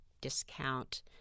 discount